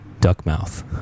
DuckMouth